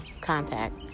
contact